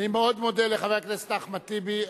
אני מאוד מודה לחבר הכנסת אחמד טיבי.